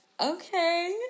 okay